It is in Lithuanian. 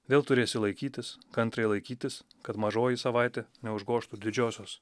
vėl turėsi laikytis kantriai laikytis kad mažoji savaitė neužgožtų didžiosios